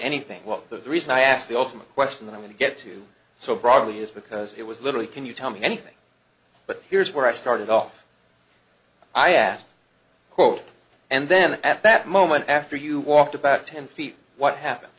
anything what the reason i asked the ultimate question that i want to get to so broadly is because it was literally can you tell me anything but here's where i started off i asked quote and then at that moment after you walked about ten feet what happen